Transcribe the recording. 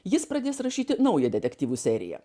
jis pradės rašyti naują detektyvų seriją